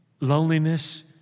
loneliness